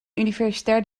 universitair